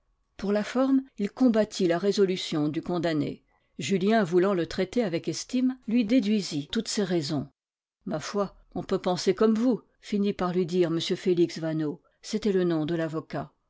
pour la forme il combattit la résolution du condamné julien voulant le traiter avec estime lui déduisit toutes ses raisons ma foi on peut penser comme vous finit par lui dire m félix vaneau c'était le nom de l'avocat